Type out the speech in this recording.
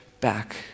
back